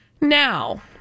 Now